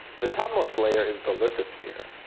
the topmost layer is the lithosphere,